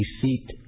deceit